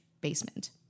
basement